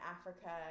Africa